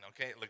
okay